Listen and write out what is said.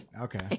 okay